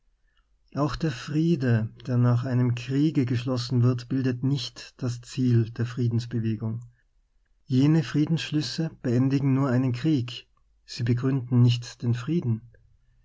auch der friede der nach einem kriege geschlossen wird bildet nicht das ziel der friedens bewegung jene friedensschlüsse beendigen nur einen krieg sie begründen nicht den frieden